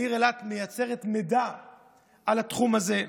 העיר אילת מייצרת מידע על התחום הזה.